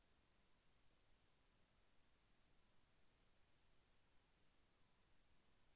నా పొలం లో ఎంత నిష్పత్తిలో పోషకాలు వున్నాయో నాకు ఎలా తెలుస్తుంది?